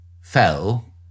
fell